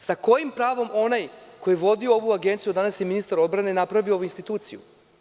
Sa kojim pravom onaj koji vodi ovu agenciju, a danas je ministar odbrane, je napravio ovu instituciju?